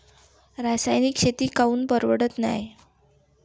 रासायनिक शेती काऊन परवडत नाई?